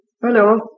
Hello